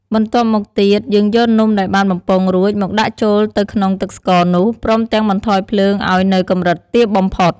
បន្ទាប់មកទៀត យើងយកនំដែលបានបំពងរួចមកដាក់ចូលទៅក្នុងទឹកស្ករនោះ ព្រមទាំងបន្ថយភ្លើងឱ្យនៅកម្រិតទាបបំផុត។